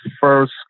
first